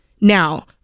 Now